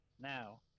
Now